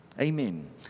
Amen